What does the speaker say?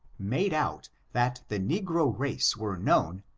made out that the negro race were known,